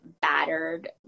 battered